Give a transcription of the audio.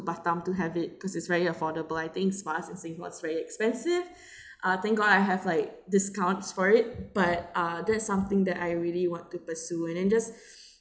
batam to have it cause it's very affordable I think spas in singapore is very expensive uh thank god I have like discounts for it but uh that's something that I really want to pursue and then just